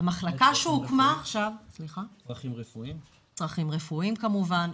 צרכים רפואיים כמובן.